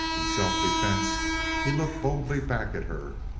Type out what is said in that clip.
in self-defense he looked boldly back at her,